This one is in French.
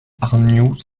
arnoux